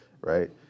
right